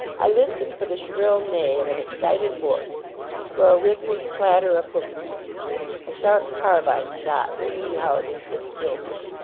i listen for the shrill neigh of an excited horse for a rhythmic clatter of hoof-beats a sharp carbine shot ringing out into the stillness.